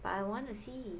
but I want to see